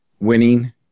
winning